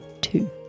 two